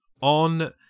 on